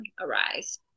arise